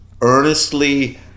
earnestly